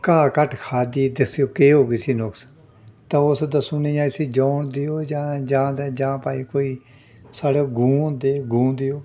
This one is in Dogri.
घा घट्ट खा दी दस्सेओ केह् होग इस्सी नुक्स तां उस दस्सी ओड़नी जां इस्सी जौन देओ जां जां ते जां भाई कोई साढ़े गूं होंदे गूं देओ